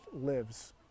lives